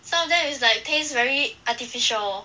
some of them is like taste very artificial